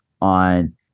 on